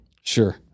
Sure